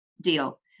deal